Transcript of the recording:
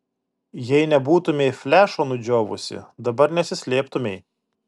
jei nebūtumei flešo nudžiovusi dabar nesislėptumei